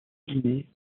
guinée